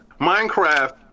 Minecraft